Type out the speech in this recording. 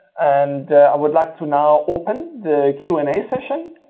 and i would like to now open the q and a session.